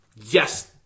yes